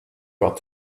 got